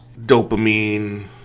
dopamine